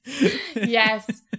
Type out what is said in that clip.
Yes